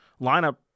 lineup